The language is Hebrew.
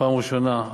פעם ראשונה,